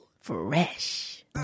Fresh